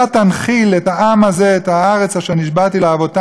העם הזה את הארץ אשר נשבעתי לאבותם לתת להם".